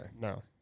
No